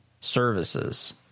Services